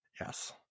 Yes